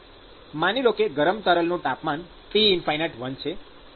માની લો કે ગરમ તરલનું તાપમાન T∞1 છે